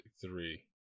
three